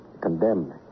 Condemned